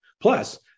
Plus